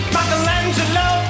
Michelangelo